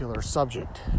Subject